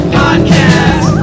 podcast